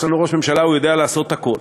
יש לנו ראש ממשלה, הוא יודע לעשות הכול.